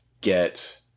get